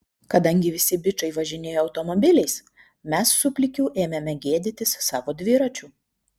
kadangi visi bičai važinėjo automobiliais mes su plikiu ėmėme gėdytis savo dviračių